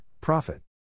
Profit